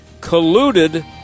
colluded